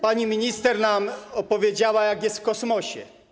Pani minister nam opowiedziała, jak jest w kosmosie.